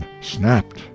snapped